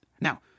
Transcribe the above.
Now